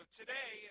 today